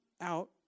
out